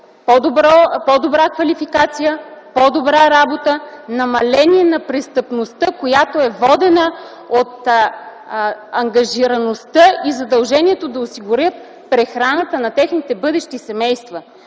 по-добра квалификация, по-добра работа, намаление на престъпността, която е водена от ангажираността, и задължението да осигурят прехраната на техните бъдещи семейства.